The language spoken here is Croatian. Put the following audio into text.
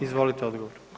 Izvolite odgovor.